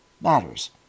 matters